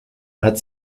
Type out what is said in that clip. hat